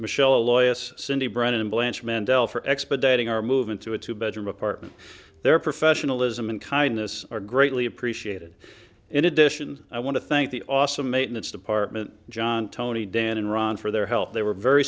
michelle a lawyer cindy brennan and blanche mendell for expediting our move into a two bedroom apartment their professionalism and kindness are greatly appreciated in addition i want to thank the awesome maintenance department john tony dan and ron for their help they were very